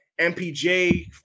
MPJ